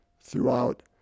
throughout